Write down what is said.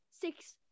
six